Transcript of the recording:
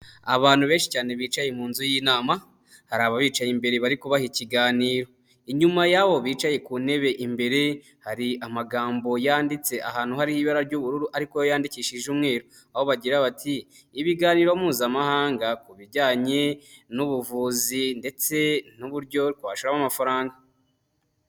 Abantu benshi cyane bicaye mu nzu y'inama hari ababicaye imbere bari kubaha ikiganiro, inyuma y'abo bicaye ku ntebe imbere hari amagambo yanditse ahantu hari ibara ry'ubururu ariko yandikishije umweru, aho bagira bati ibiganiro mpuzamahanga ku bijyanye n'ubuvuzi ndetse n'uburyo twashoramo amafaranga.